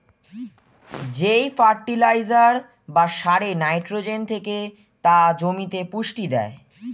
যেই ফার্টিলাইজার বা সারে নাইট্রোজেন থেকে তা জমিতে পুষ্টি দেয়